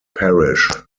parish